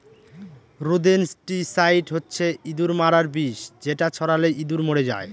rodenticide হচ্ছে ইঁদুর মারার বিষ যেটা ছড়ালে ইঁদুর মরে যায়